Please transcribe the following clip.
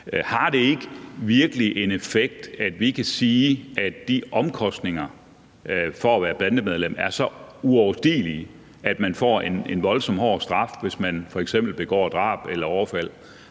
om det virkelig ikke har en effekt. Kan vi ikke sige, at omkostningerne ved at være bandemedlem er uoverstigelige, når man får en voldsom hård straf, hvis man f.eks. begår drab eller overfald?